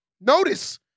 Notice